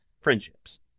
friendships